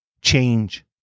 change